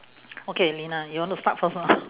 okay lina you want to start first or not